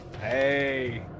hey